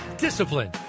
Discipline